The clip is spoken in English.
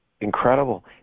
incredible